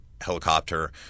helicopter